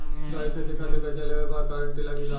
गाड़ी खरीदे खातिर कर्जा लेवे ला भी गारंटी लागी का?